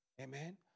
Amen